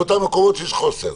באותם מקומות שבהם יש חוסר.